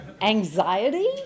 anxiety